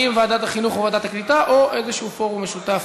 ועדת החינוך או ועדת הקליטה או איזה פורום משותף,